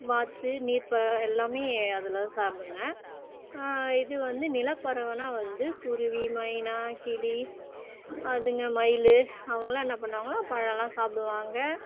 வாத்து நீர்ப்பறவை எல்லாமே அதுலாம் சாப்பிடுங்க இது வந்து நிலப்பறவைன்னா வந்து குருவி மைனா கிளி அதுங்கள் மயில் அவங்களாம் என்ன பண்ணுவாங்கன்னால் பழம்லாம் சாப்பிடுவாங்க